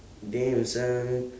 damn son